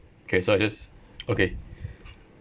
okay so I just okay